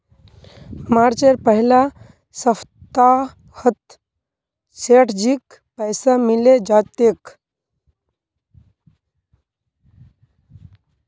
मार्चेर पहला सप्ताहत सेठजीक पैसा मिले जा तेक